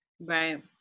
Right